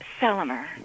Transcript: Selmer